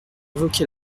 évoqué